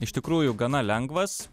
iš tikrųjų gana lengvas